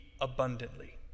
abundantly